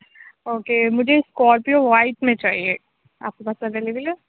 okay مجھے Scorpio white میں چاہیے آپ کے پاس اویلیبل ہے